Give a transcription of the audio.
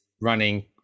running